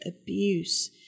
abuse